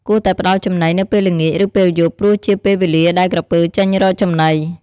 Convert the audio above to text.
គួរតែផ្តល់ចំណីនៅពេលល្ងាច ឬពេលយប់ ព្រោះជាពេលវេលាដែលក្រពើចេញរកចំណី។